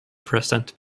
present